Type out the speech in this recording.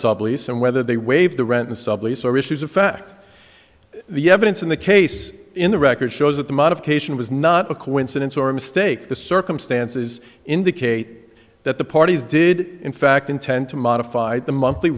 sublease and whether they waived the rent and sublease or issues of fact the evidence in the case in the record shows that the modification was not a coincidence or a mistake the circumstances indicate that the parties did in fact intend to modify the monthly